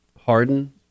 Harden